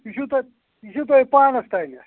یہِ چھُو تۅہہِ یہِ چھُو تۄہہِ پانَس تام